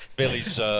Billy's